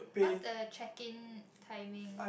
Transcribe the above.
what's the check in timing